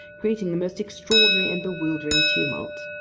creating the most extraordinary and bewildering tumult.